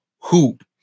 hoop